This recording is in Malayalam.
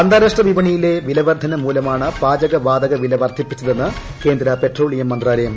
അന്താരാഷ്ട്രവിപണിയിലെ വിലവർദ്ധന ന് മൂലമാണ് പാചകവാതകവില വർദ്ധിപ്പിച്ചതെന്ന് കേന്ദ്ര പെട്രോളിയം മന്ത്രാലയം